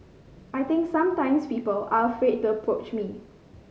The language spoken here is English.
I think sometimes people are afraid to approach me